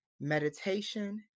meditation